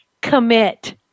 commit